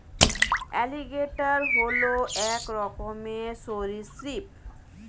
alligator হল এক রকমের সরীসৃপ